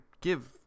give